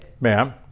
ma'am